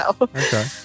okay